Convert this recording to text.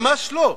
ממש לא.